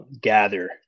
gather